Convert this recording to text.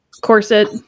corset